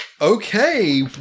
Okay